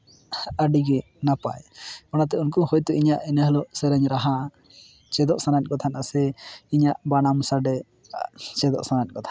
ᱟᱹᱰᱤ ᱜᱮ ᱱᱟᱯᱟᱭ ᱚᱱᱟᱛᱮ ᱩᱱᱠᱩ ᱦᱳᱭᱛᱳ ᱤᱧᱟᱹᱜ ᱤᱱᱟᱹᱦᱤᱞᱳᱜ ᱥᱮᱨᱮᱧ ᱨᱟᱦᱟ ᱪᱮᱫᱚᱜ ᱥᱟᱱᱟᱭᱮᱫ ᱠᱚ ᱛᱟᱦᱮᱱᱟ ᱥᱮ ᱤᱧᱟᱹᱜ ᱵᱟᱱᱟᱢ ᱥᱟᱰᱮ ᱪᱮᱫᱚᱜ ᱥᱟᱱᱟᱭᱮᱫ ᱠᱚ ᱛᱟᱦᱮᱸᱫ